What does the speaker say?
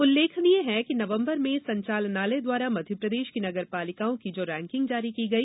उल्लेखनीय है कि नवंबर माह में संचालनालय द्वारा मध्यप्रदेश की नगरपालिकाओं की जो रैकिंग जारी की गई